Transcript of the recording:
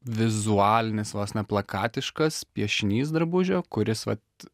vizualinis vos ne plakatiškas piešinys drabužio kuris vat